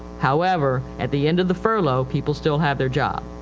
however, at the end of the furlough, people still have their job.